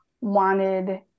wanted